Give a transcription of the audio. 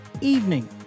evening